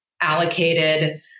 allocated